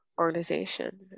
organization